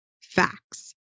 facts